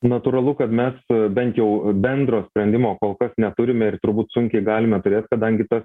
natūralu kad mes bent jau bendro sprendimo kol kas neturime ir turbūt sunkiai galime turėt kadangi tas